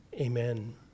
Amen